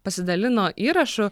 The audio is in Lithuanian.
pasidalino įrašu